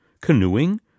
Canoeing